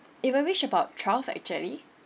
it will reach about twelve actually